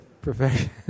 profession